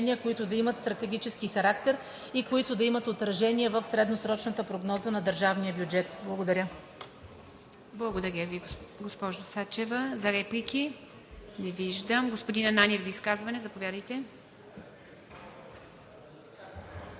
които да имат стратегически характер и които да имат отражение в средносрочната прогноза на държавния бюджет. Благодаря.